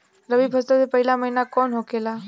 रबी फसल के पहिला महिना कौन होखे ला?